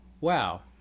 Wow